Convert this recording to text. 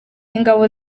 ingabo